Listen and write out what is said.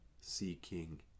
seeking